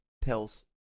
Pills